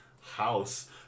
house